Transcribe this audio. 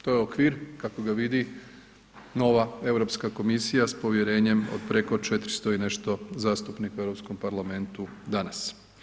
To je okvir kako ga vidi nova Europska komisija s povjerenjem od preko 400 i nešto zastupnika u Europskom parlamentu danas.